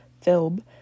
film